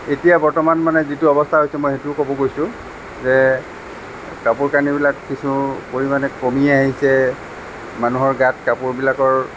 এতিয়া বৰ্তমান মানে যিটো অৱস্থা হৈছে মই সেইটো ক'ব গৈছোঁ যে কাপোৰ কানিবিলাক কিছু পৰিমাণে কমি আহিছে মানুহৰ গাত কাপোৰবিলাকৰ